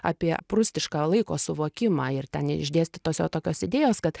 apie prūstišką laiko suvokimą ir ten išdėstytos jo tokios idėjos kad